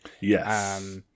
Yes